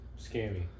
scammy